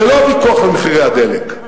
זה לא ויכוח על מחירי הדלק.